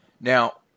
Now